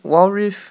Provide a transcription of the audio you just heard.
wild rift